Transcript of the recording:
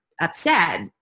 upset